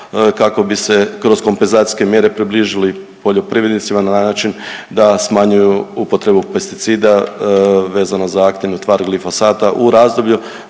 kako bi se kroz kompenzacijske mjere približili poljoprivrednicima na način da smanjuju upotrebu pesticida vezano za aktivnu tvar glifosata u razdoblju